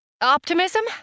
Optimism